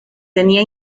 tenía